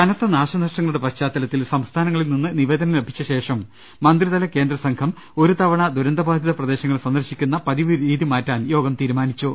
കനത്ത നാശനഷ്ടങ്ങളുടെ പശ്ചാത്തലത്തിൽ സംസ്ഥാനങ്ങളിൽ നിന്ന് നിവേദനം ലഭിച്ച ശേഷം മന്ത്രിതല കേന്ദ്ര സംഘം ഒരു തവണ ദുരന്തബാധിത പ്രദേശങ്ങൾ സന്ദർശിക്കുന്ന പതിവ് രീതി മാറ്റാൻ യോഗം തീരുമാനിച്ചു